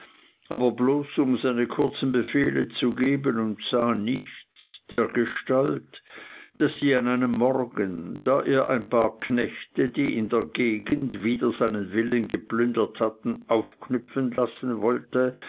aber bloß um seine kurzen befehle zu geben und sah nichts dergestalt daß sie an einem morgen da er ein paar knechte die in der gegend wider seinen willen geplündert hatten aufknüpfen lassen wollte